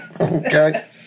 Okay